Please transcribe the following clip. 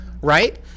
right